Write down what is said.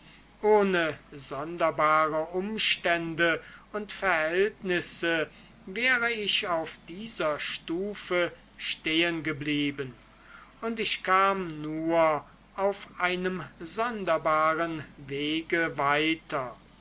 ohne sonderbare umstände und verhältnisse wäre ich auf dieser stufe stehengeblieben und ich kam nur auf einem sonderbaren wege weiter